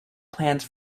plans